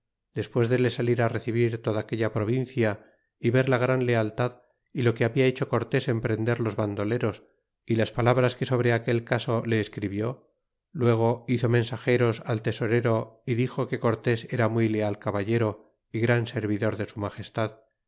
despues de le salir á recibir toda aquella provincia y ver la gran lealtad y lo que habia hecho cortés en prender los vandoleros y las palabras que sobre aquel caso le escribió luego hizo mensajeros al tesorero y dixo que cortés era muy leal caballero y gran servidor de su magestad